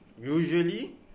usually